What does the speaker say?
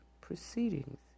proceedings